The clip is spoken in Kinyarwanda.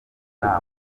nama